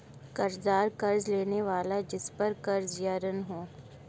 कर्ज़दार कर्ज़ लेने वाला जिसपर कर्ज़ या ऋण हो